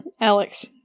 Alex